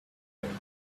career